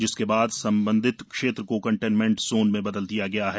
जिसके बाद संबंधित क्षेत्र को कंटेंटमेंट जोन में बदल दिया गया है